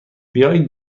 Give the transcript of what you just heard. بیایید